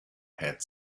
had